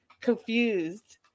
confused